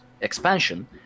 expansion